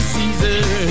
Caesar